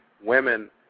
women